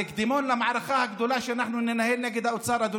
זה קדימון למערכה הגדולה שאנחנו ננהל נגד האוצר,